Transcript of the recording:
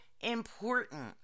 important